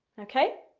okay.